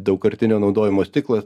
daugkartinio naudojimo stiklas